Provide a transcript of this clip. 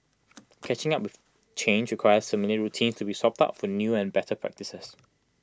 catching up change requires familiar routines to be swapped out for new and better practices